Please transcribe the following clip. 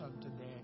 today